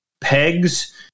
pegs